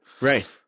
Right